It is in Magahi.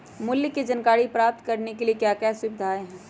मूल्य के जानकारी प्राप्त करने के लिए क्या क्या सुविधाएं है?